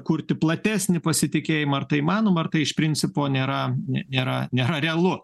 kurti platesnį pasitikėjimą ar tai įmanoma ar tai iš principo nėra nėra nerealu